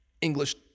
English